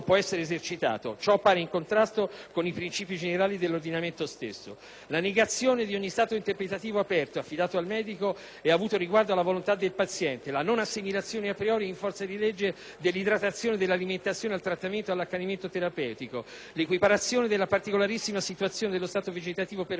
ciò pare in contrasto con i principi generali dell'ordinamento stesso; la negazione di ogni stato interpretativo aperto, affidato al medico e avuto riguardo alla volontà del paziente (ovvero del fiduciario che lo rappresenta), la non assimilazione *a priori* ed in forza di legge dell'idratazione e dell'alimentazione al trattamento o all'accanimento terapeutico, l'equiparazione della particolarissima situazione dello stato vegetativo permanente a tutte le